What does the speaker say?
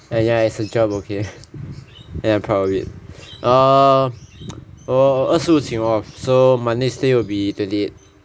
and ya it's a job okay and I'm proud of it um 我二十五请我 so my next day will be twenty eight